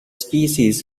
species